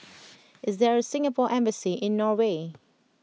is there a Singapore embassy in Norway